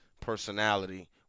personality